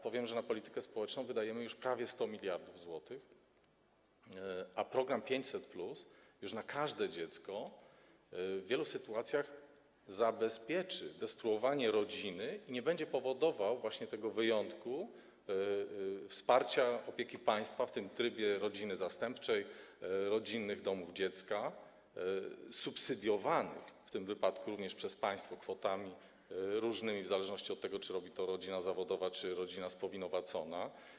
Powiem, że na politykę społeczną wydajemy już prawie 100 mld zł, a program 500+ już na każde dziecko w wielu sytuacjach zabezpieczył przed destruowaniem rodziny i nie będzie powodował właśnie tego wyjątku, jeśli chodzi o wsparcie, o opiekę państwa w trybie rodziny zastępczej, rodzinnych domów dziecka, subsydiowanych w tym wypadku również przez państwo kwotami różnymi w zależności od tego, czy robi to rodzina zawodowa, czy rodzina spowinowacona.